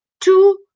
two